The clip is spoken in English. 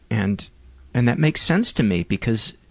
and and that makes sense to me because